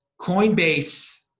Coinbase